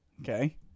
Okay